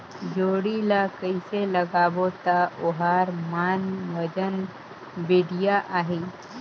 जोणी ला कइसे लगाबो ता ओहार मान वजन बेडिया आही?